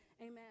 Amen